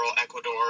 Ecuador